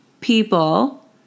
people